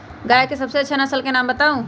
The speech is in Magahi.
गाय के सबसे अच्छा नसल के नाम बताऊ?